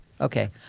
Okay